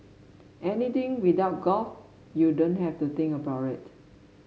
anything without golf you don't have to think about it